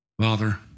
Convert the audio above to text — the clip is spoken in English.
Father